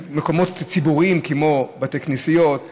אם אותו מאמץ כמו בוותמ"ל, אז מה עושים במקרה כזה?